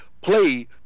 play